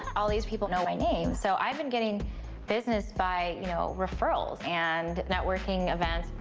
all these people know my name, so i've been getting business by, you know, referral and networking events.